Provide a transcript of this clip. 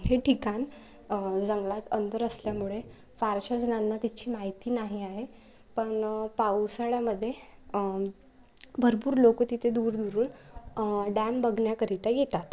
हे ठिकाण जंगलात अंदर असल्यामुळे फारशा जणांना तिची माहिती नाही आहे पण पावसाळ्यामध्ये भरपूर लोकं तिथे दूरदूरून डॅम बघण्याकरिता येतात